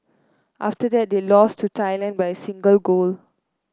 after that they lost to Thailand by a single goal